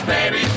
Baby